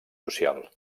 social